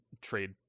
trade